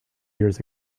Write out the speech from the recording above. years